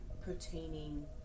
pertaining